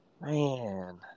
man